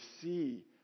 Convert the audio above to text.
see